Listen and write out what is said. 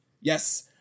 Yes